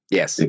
Yes